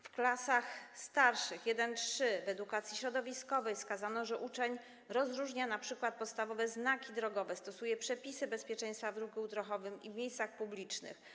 W klasach starszych, I-III, w zakresie edukacji środowiskowej wskazano, że uczeń rozróżnia np. podstawowe znaki drogowe, stosuje przepisy bezpieczeństwa w ruchu drogowym i w miejscach publicznych.